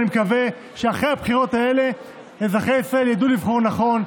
אני מקווה שאחרי הבחירות האלה אזרחי ישראל ידעו לבחור נכון,